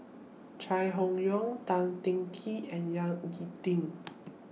Chai Hon Yoong Tan Teng Kee and Ying E Ding